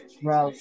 bro